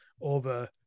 over